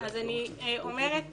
אני אומרת